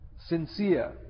sincere